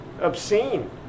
Obscene